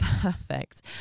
perfect